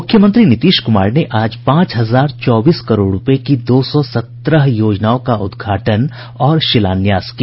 मूख्यमंत्री नीतीश क्मार ने आज पांच हजार चौबीस करोड़ रूपये की दो सौ सत्रह योजनाओं का उद्घाटन और शिलान्यास किया